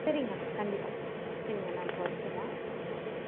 சரிங்க கண்டிப்பாக சரிங்க நான் இப்போ வச்சிடுறேன் ம்